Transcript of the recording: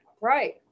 Right